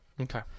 Okay